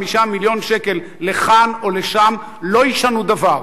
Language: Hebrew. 45 מיליון שקל לכאן או לשם לא ישנו דבר.